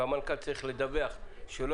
והמנכ"ל צריך לדווח למועצת המנהלים שלו